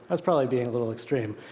i was probably being a little extreme.